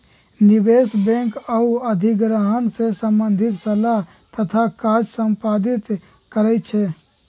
निवेश बैंक आऽ अधिग्रहण से संबंधित सलाह तथा काज संपादित करइ छै